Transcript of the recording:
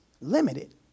Limited